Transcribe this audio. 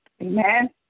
Amen